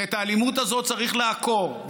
ואת האלימות הזאת צריך לעקור.